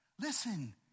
Listen